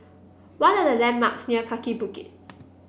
what are the landmarks near Kaki Bukit